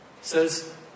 says